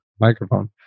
microphone